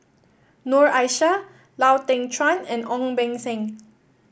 Noor Aishah Lau Teng Chuan and Ong Beng Seng